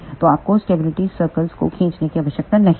तो आपको stability circles को खींचने की आवश्यकता नहीं है